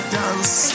dance